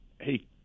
hey